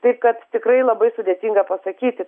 taip kad tikrai labai sudėtinga pasakyti